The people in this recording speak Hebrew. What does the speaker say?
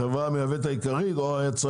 החברה המייבאת או היצרנים?